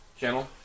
channel